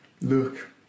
look